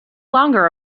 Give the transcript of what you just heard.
longer